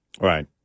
right